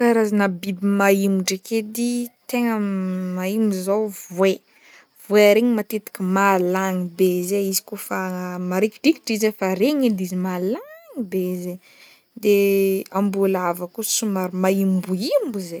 Karazagna biby maîmbo ndraiky edy tegna maîmbo zao voay, voay regny mateetiky malagny be zay izy kaofa marikidrikitry izy efa regny edy izy malagny be izy e, de amboalava koa somary maîmboîmbo zay.